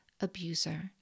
abuser